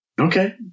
Okay